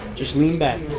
just lean back.